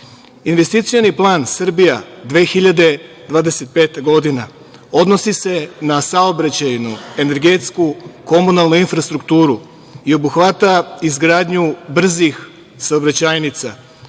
evra. Investicioni plan "Srbija 2025. godine" odnosi se na saobraćajnu, energetsku, komunalnu infrastrukturu i obuhvata izgradnju brzih saobraćajnica,